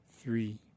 three